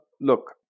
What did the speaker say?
look